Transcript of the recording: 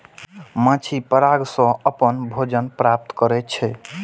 माछी पराग सं अपन भोजन प्राप्त करै छै